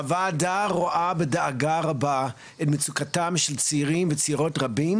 הוועדה רואה בדאגה רבה את מצוקתם של צעירים וצעירות רבים,